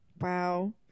wow